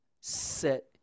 set